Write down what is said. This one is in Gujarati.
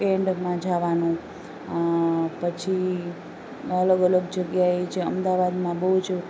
કેન્ડમાં જવાનું પછી અલગ અલગ જગ્યાએ જે અમદાવાદમાં બહુ જ